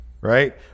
right